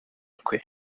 kwe